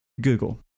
Google